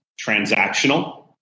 transactional